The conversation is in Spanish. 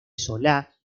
sola